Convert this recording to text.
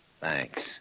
Thanks